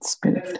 Spirit